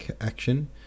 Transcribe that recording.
action